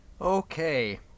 Okay